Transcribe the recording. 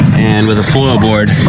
and with a foilboard,